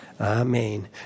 Amen